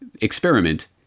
experiment